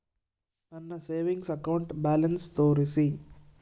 ನನ್ನ savings account balance ತೋರಿಸಿ?